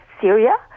Syria